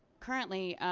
currently.